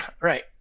Right